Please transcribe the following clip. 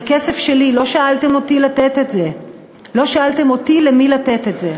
זה כסף שלי, ולא שאלתם אותי למי לתת את זה.